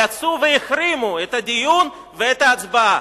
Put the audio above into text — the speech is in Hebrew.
יצאו והחרימו את הדיון ואת ההצבעה.